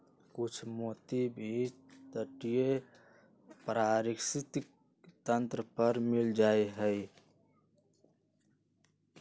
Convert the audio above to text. कुछ मोती भी तटीय पारिस्थितिक तंत्र पर मिल जा हई